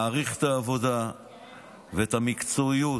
מעריך את העבודה ואת המקצועיות,